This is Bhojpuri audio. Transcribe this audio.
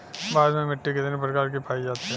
भारत में मिट्टी कितने प्रकार की पाई जाती हैं?